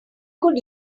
could